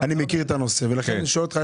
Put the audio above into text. אני מכיר את הנושא ולכן אני שואל אותך.